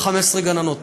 15 הגננות,